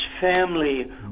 family